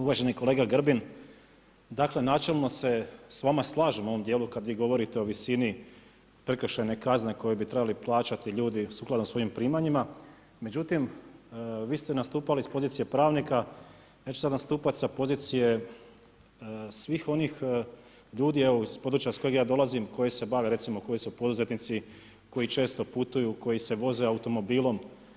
Uvaženi kolega Grbin, dakle načelno se s vama slažem u ovom djelu kad vi govorite o visini prekršajne kazne koju bi trebali plaćati ljudi sukladno svojim primanjima, međutim vi ste nastupali s pozicije pravnika, ja ću sad nastupat s pozicije svih onih ljudi, evo iz područja s kojeg ja dolazim koji se bave, recimo koji su poduzetnici, koji često putuju, koji se voze automobilom.